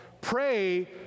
pray